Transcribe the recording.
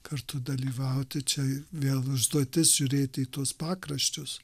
kartu dalyvauti čia vėl užduotis žiūrėti į tuos pakraščius